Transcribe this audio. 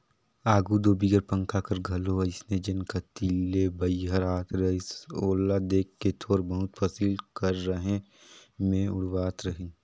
आघु दो बिगर पंखा कर घलो अइसने जेन कती ले बईहर आत रहिस ओला देख के थोर बहुत फसिल कर रहें मे उड़वात रहिन